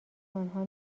انها